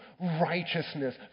Righteousness